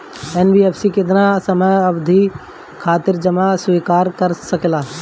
NBFC केतना समयावधि खातिर जमा स्वीकार कर सकला?